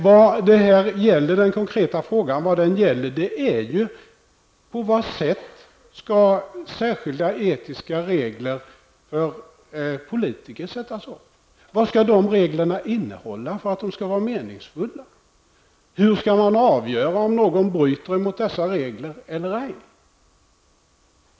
Vad den konkreta frågan gäller är ju på vilket sätt särskilda etiska regler för politiker skall sättas upp och vad dessa regler skall innehålla för att de skall vara meningsfulla. Hur skall man avgöra om någon bryter mot dessa regler eller ej?